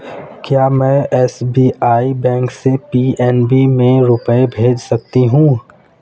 क्या में SBI bank से पी.एन.बी में रुपये भेज सकती हूँ?